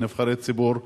כנבחרי ציבור,